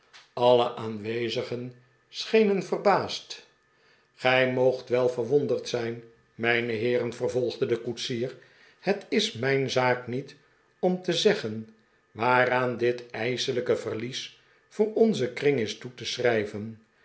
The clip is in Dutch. alle aanwezigen schenen verbaasd gij moogt wel verwonderd zijn mijne heeren vervolgde de koetsier het is mijn zaak niet om te zeggen waaraan dit ijselijke verlies voor onzen kring is toe te schrijven